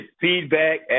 feedback